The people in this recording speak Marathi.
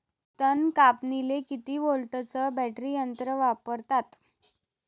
तन कापनीले किती व्होल्टचं बॅटरी यंत्र वापरतात?